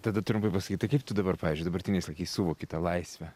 tada trumpai pasakyk tai kaip tu dabar pavyzdžiui dabartiniais laikais suvoki tą laisvę